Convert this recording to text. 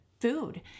food